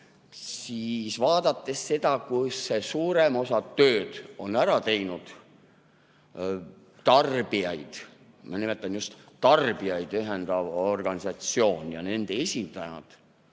Vaadates seda, kus suurema osa tööst on ära teinud tarbijaid, ma nimetan [nii], just tarbijaid ühendav organisatsioon ja nende esindajad,